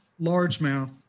largemouth